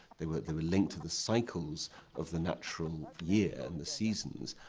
they were they were linked to the cycles of the natural year and the seasons,